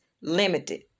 limited